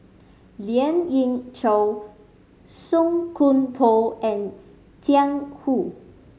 Lien Ying Chow Song Koon Poh and Jiang Hu